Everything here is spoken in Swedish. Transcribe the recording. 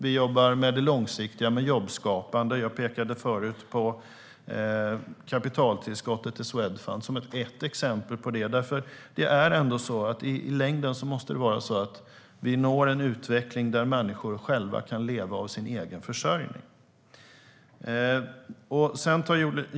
Vi jobbar med det långsiktiga, med jobbskapande. Jag pekade tidigare på kapitaltillskottet till Swedfund; det är ett exempel på det. I längden måste vi nå en utveckling där människorna kan klara sin egen försörjning.